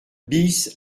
bis